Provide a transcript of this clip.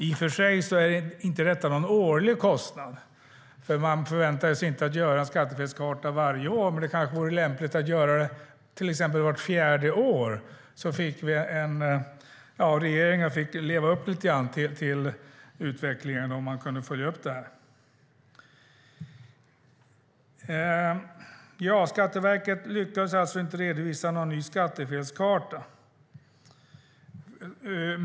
I och för sig är detta inte någon årlig kostnad, för man förväntas inte göra en skattefelskarta varje år. Men det kanske vore lämpligt att göra det till exempel vart fjärde år. Då får regeringar leva upp lite grann till utvecklingen, och man kan följa upp det här. Skatteverket lyckades alltså inte redovisa någon ny skattefelskarta.